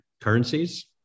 currencies